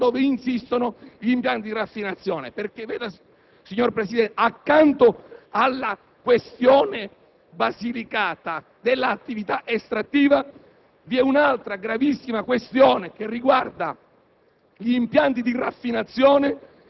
Sicilia, Sardegna ed altre, dove insistono impianti di raffinazione. Inoltre, signor Presidente, accanto alla questione Basilicata dell'attività estrattiva, vi è un'altra gravissima questione che riguarda